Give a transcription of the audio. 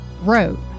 wrote